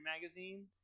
magazine